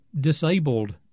disabled